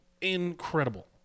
Incredible